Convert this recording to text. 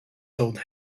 told